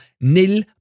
nil